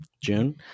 June